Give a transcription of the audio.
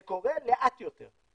זה קורה לאט יותר.